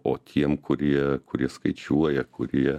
o tiem kurie kurie skaičiuoja kurie